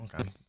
Okay